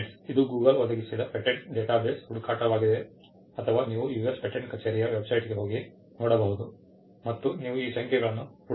compatents ಇದು Google ಒದಗಿಸಿದ patent database ಹುಡುಕಾಟವಾಗಿದೆ ಅಥವಾ ನೀವು US ಪೇಟೆಂಟ್ ಕಚೇರಿಯ ವೆಬ್ಸೈಟ್ಗೆ ಹೋಗಿ ನೋಡಬಹುದು ಮತ್ತು ನೀವು ಈ ಸಂಖ್ಯೆಗಳನ್ನು ಹುಡುಕಬಹುದು